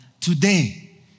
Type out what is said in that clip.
today